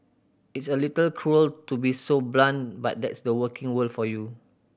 it's a little cruel to be so blunt but that's the working world for you